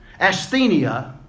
asthenia